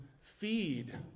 feed